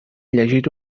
llegit